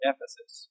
Ephesus